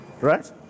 Right